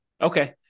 Okay